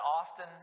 often